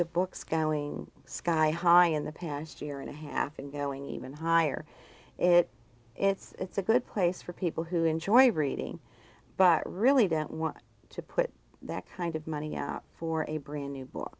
of books going sky high in the past year and a half and going even higher it it's a good place for people who enjoy reading but really don't want to put that kind of money for a brand new book